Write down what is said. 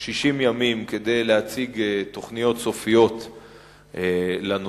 60 ימים כדי להציג תוכניות סופיות לנושא.